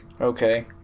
Okay